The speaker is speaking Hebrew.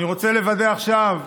אני רוצה לוודא עכשיו,